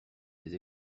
des